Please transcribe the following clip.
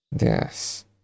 Yes